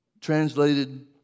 translated